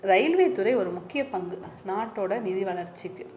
ரயில்வேத்துறை ஒரு முக்கிய பங்கு நாட்டோட நிதி வளர்ச்சிக்கு